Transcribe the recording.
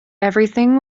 everything